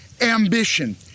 ambition